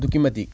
ꯑꯗꯨꯛꯀꯤ ꯃꯇꯤꯛ